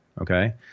Okay